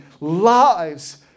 lives